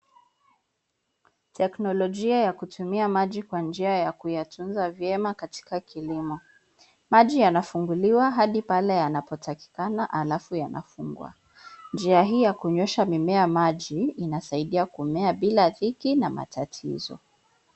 Teknolojia ya kutumia maji kwa njia ya kuyatunza vyema katika kilimo. Maji yanafunguliwa hadi pale yanapotakikana alafu yanafungwa. Njia hii ya kunyuisha mimea maji inasaidia kumea bila dhiki na matatizo.